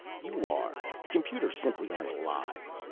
you are. computers simply aren't alive.